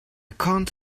can’t